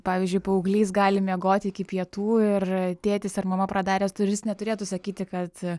pavyzdžiui paauglys gali miegoti iki pietų ir tėtis ar mama pradaręs duris neturėtų sakyti kad